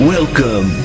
Welcome